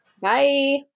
Bye